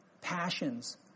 passions